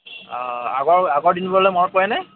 অঁ আগৰ আগৰ দিনবোৰলৈ মনত পৰেনে